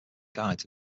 guides